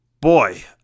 Boy